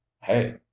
hey